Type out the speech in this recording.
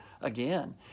again